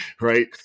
right